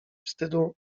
wstydu